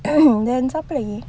then siapa lagi